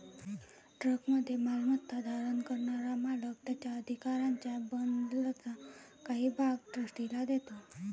ट्रस्टमध्ये मालमत्ता धारण करणारा मालक त्याच्या अधिकारांच्या बंडलचा काही भाग ट्रस्टीला देतो